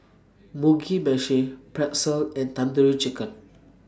Mugi Meshi Pretzel and Tandoori Chicken